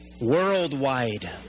Worldwide